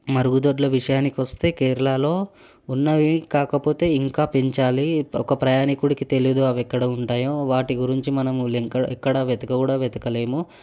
మరుగుదొడ్ల విషయానికి వస్తే కేరళాలో ఉన్నవి కాకపోతే ఇంకా పెంచాలి ఒక ప్రయాణికుడికి తెలియదు అవి ఎక్కడ ఉంటాయో వాటి గురించి మనం లింక ఎక్కడ వెతక కూడా వెతకలేము